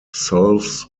solves